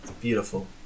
beautiful